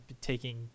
taking